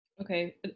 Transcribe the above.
Okay